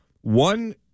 one